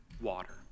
water